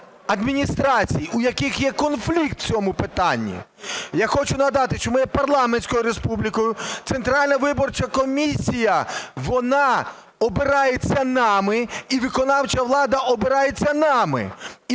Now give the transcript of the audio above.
адміністрацій, у яких є конфлікт в цьому питанні. Я хочу нагадати, що ми є парламентською республікою. Центральна виборча комісія, вона обирається нами і виконавча влада обирається нами,